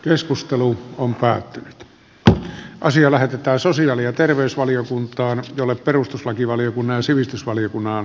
keskustelu on päättynyt ja asia lähetetään sosiaali minä en oikein ymmärrä tätä